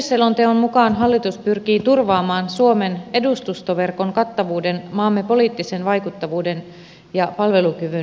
kehysselonteon mukaan hallitus pyrkii turvaamaan suomen edustustoverkon kattavuuden maamme poliittisen vaikuttavuuden ja palvelukyvyn säilyttämiseksi